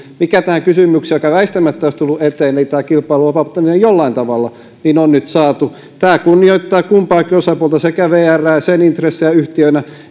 mikä tässä kysymyksessä aika väistämättä olisi tullut eteen tämä kilpailun vapauttaminen jollain tavalla se on nyt saatu tämä kunnioittaa kumpaakin osapuolta sekä vrää sen intressejä yhtiönä